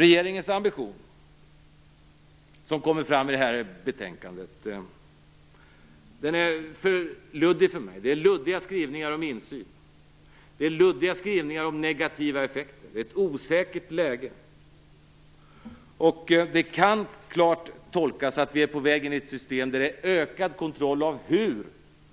Regeringens ambition som kommer fram i det här betänkandet är för luddig för mig. Det är luddiga skrivningar om insyn. Det är luddiga skrivningar om negativa effekter. Det är ett osäkert läge. Detta kan klart tolkas så att vi är på väg in i ett system med ökad kontroll av hur